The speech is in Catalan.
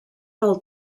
del